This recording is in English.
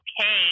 okay